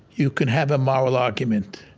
you can have a moral argument.